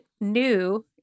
new